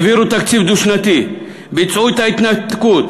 העבירו תקציב דו-שנתי, ביצעו את ההתנתקות.